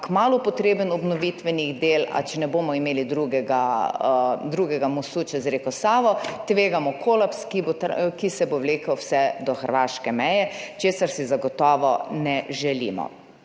kmalu potreben obnovitvenih del, a če ne bomo imeli drugega mostu čez reko Savo, tvegamo kolaps, ki se bo vlekel vse do hrvaške meje, česar si zagotovo ne želimo.